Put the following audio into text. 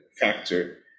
factor